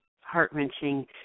heart-wrenching